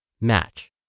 match